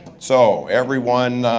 so everyone